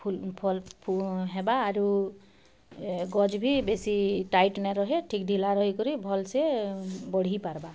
ଫୁଲ୍ ଫଲ୍ ହେବା ଆରୁ ଗଛ୍ ବି ବେଶୀ ଟାଇଟ୍ ନାଇଁ ରହେ ଠିକ୍ ଢ଼ିଲା ରହିକରି ଭଲ୍ ସେ ବଢ଼ିପାର୍ବା